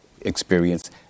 experience